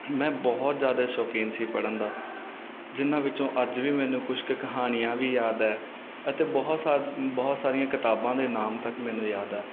ਮੈਂ ਬਹੁਤ ਜ਼ਿਆਦਾ ਸ਼ੋਕੀਨ ਸੀ ਪੜ੍ਹਨ ਦਾ ਜਿਨ੍ਹਾਂ ਵਿੱਚੋਂ ਅੱਜ ਵੀ ਮੈਨੂੰ ਕੁਛ ਕੁ ਕਹਾਣੀਆਂ ਵੀ ਯਾਦ ਹੈ ਅਤੇ ਬਹੁਤ ਸਾ ਬਹੁਤ ਸਾਰੀਆਂ ਕਿਤਾਬਾਂ ਦੇ ਨਾਮ ਤੱਕ ਮੈਨੂੰ ਯਾਦ ਹੈ